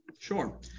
Sure